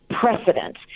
precedent